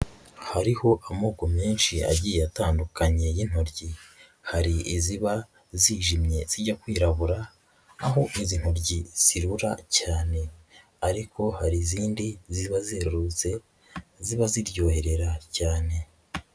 Hariho amoko menshi agiye atandukanye y'intoryi, hari iziba zijimye zijya kwirabura aho izi ntoryi zirura cyane ariko hari izindi ziba zerurutse ziba ziryoherera cyane.